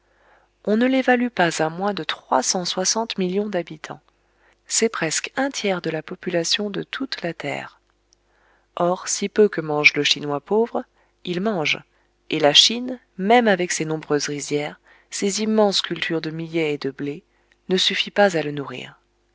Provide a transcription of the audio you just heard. on ne l'évalue pas à moins de trois cent soixante millions d'habitants c'est presque un tiers de la population de toute la terre or si peu que mange le chinois pauvre il mange et la chine même avec ses nombreuses rizières ses immenses cultures de millet et de blé ne suffit pas à le nourrir